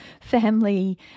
family